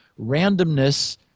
randomness